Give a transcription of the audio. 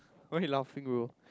why you laughing bro